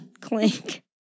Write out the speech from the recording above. Clink